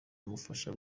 bimufasha